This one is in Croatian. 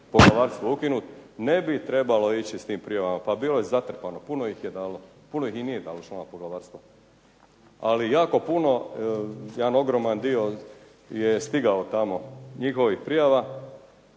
poglavarstvo ukinuti ne bi trebalo ići s tim prijavama, pa bilo je zatrpano, puno ih je dalo, puno ih i nije dalo članova poglavarstva. Ali jako puno jedan ogroman dio je stigao tamo njihovih prijava.